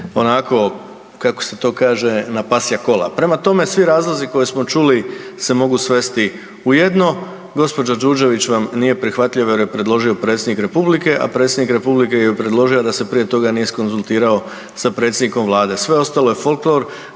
onako kako se to kaže na pasja kola. Prema tome, svi razlozi koje smo čuli se mogu svesti u jedno. Gospođa Đurđević vam nije prihvatljiva jer ju je predložio Predsjednik Republike, a Predsjednik Republike ju je predložio a da se prije toga nije iskonzultirao sa predsjednikom Vlade. Sve ostalo je folklor,